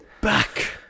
Back